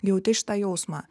jauti šitą jausmą